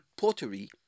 pottery